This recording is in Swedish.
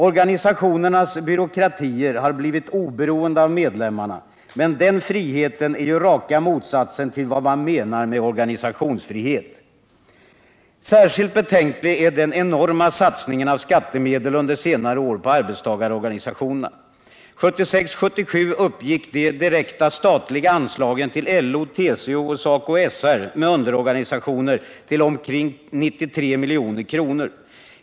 Organisationernas byråkratier har blivit oberoende av medlemmarna, men den friheten är ju raka motsatsen till vad man menar med organisationsfrihet. Särskilt betänklig är den enorma satsningen av skattemedel under senare år på arbetstagarorganisationerna. 1976 SR med underorganisationer till omkring 93 milj.kr.